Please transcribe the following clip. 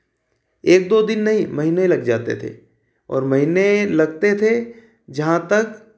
एक दो दिन नहीं महीने लग जाते थे और महीने लगते थे जहाँ तक